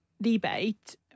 debate